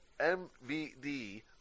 MVD